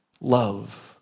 love